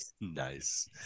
Nice